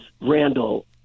Randall